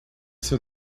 seu